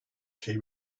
şey